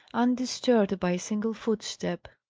undisturbed by a single footstep.